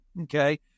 Okay